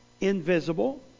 invisible